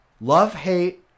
Love-hate